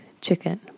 chicken